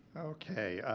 okay.